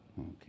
Okay